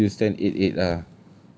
oh so you send eight eight ah